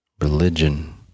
religion